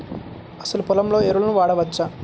అసలు పొలంలో ఎరువులను వాడవచ్చా?